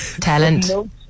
Talent